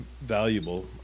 valuable